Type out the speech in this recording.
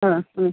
ആ